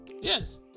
Yes